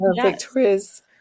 Victoria's